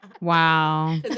Wow